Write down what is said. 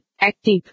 Active